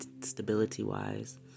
stability-wise